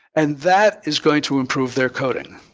and that is going to improve their coding.